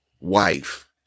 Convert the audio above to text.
wife